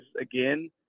again